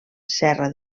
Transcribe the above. serra